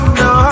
no